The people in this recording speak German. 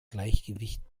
gleichgewicht